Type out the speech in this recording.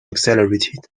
accelerated